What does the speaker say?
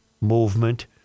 movement